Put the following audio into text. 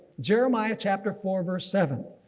jeremiah chapter four verse seven.